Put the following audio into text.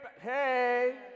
Hey